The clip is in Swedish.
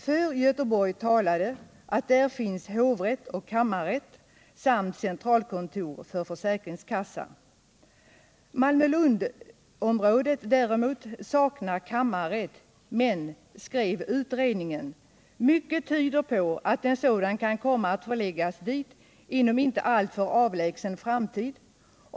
För Göteborg talade att där fanns hovrätt och kammarrätt samt centralkontor för försäkringskassa. Malmö-Lundområdet däremot saknar kammarrätt. Men, skrev utredningen, mycket tyder på att en sådan kan komma att förläggas dit inom inte alltför avlägsen framtid.